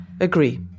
agree